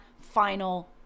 final